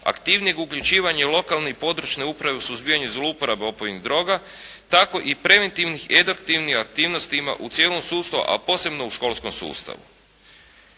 Aktivnijeg uključivanja lokalne i područne uprave u suzbijanje zlouporabe opojnih droga tako i preventivnih edukativnih aktivnosti ima u cijelom sustavu a posebno u školskom sustavu.